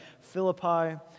Philippi